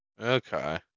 Okay